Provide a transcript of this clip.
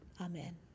Amen